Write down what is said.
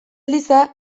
eliza